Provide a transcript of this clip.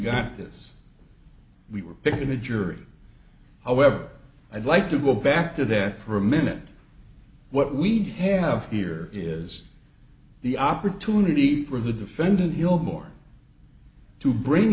got this we were picking a jury however i'd like to go back to there for a minute what we have here is the opportunity for the defendant more to bring